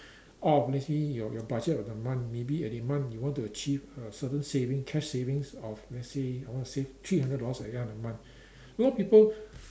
orh let's say your your budget of the month maybe at the month you want to achieve a certain saving cash saving of let's say I want to save three hundred dollars at the end of the month a lot people